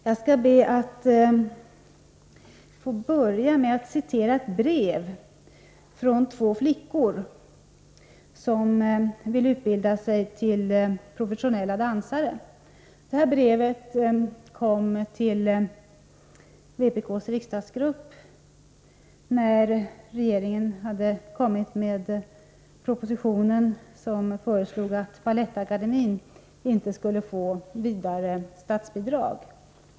Fru talman! Jag skall börja med att citera ett brev från två flickor som vill utbilda sig till professionella dansare. Brevet kom till vpk:s riksdagsgrupp efter det att regeringen lagt fram den proposition som föreslår att Balettakademien i fortsättningen inte skall få statsbidrag.